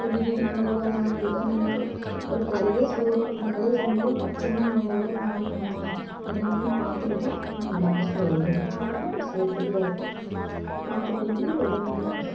ஒரு இடி இடிக்கும் போது அது நடந்து ஏதாக இருந்தாலுமே ஒரு ஒரு கேரியரே சொருகுறோம் அந்த கேரியர் சொருகும் போது தற்சமயமாக நம்ம ஒயர் மாட்டுனோமா என்ன பண்ணும் பார்த்துக்கிட்டு தான் நம்ம ப்ளக்கை சொருகணும் அப்போ தான் நம்ம சேஃப்டியாக இருப்போம் மற்றபடிக்கி எதுவும் இல்லை